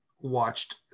watched